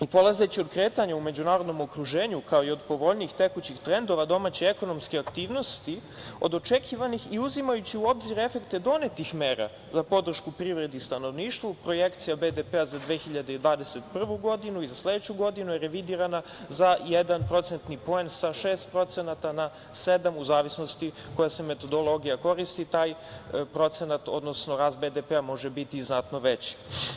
Polazeći od kretanja u međunarodnom okruženju, kao i od povoljnijih tekućih trendova domaće ekonomske aktivnosti, od očekivanih i uzimajući u obzir efekte donetih mera za podršku privredi i stanovništvu, projekcija BDP za 2021. godinu i za sledeću godinu je revidirana za 1%, sa 6%, na 7%, u zavisnosti koja se metodologija koristi taj procenat, odnosno rast BDP može biti znatno veći.